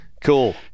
Cool